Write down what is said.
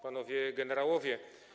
Panowie Generałowie!